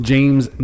James